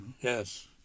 Yes